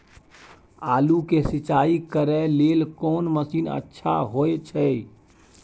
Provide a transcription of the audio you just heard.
आलू के सिंचाई करे लेल कोन मसीन अच्छा होय छै?